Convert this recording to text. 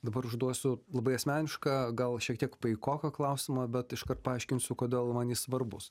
dabar užduosiu labai asmenišką gal šiek tiek paikoką klausimą bet iškart paaiškinsiu kodėl man jis svarbus